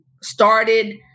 started